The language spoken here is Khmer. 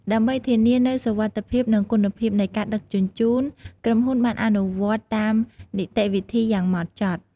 ដើម្បីធានានូវសុវត្ថិភាព និងគុណភាពនៃការដឹកជញ្ជូន ក្រុមហ៊ុនបានអនុវត្តន៍តាមនីតិវិធីយ៉ាងម៉ត់ចត់។